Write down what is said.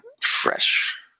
fresh